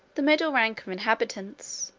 the middle ranks of inhabitants,